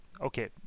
okay